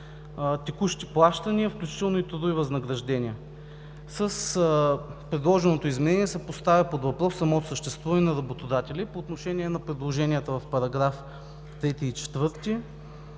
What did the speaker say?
текущи плащания, включително и трудови възнаграждения. С предложеното изменение се поставя под въпрос самото съществуване на работодателя“. По отношение на предложенията в § 3 и §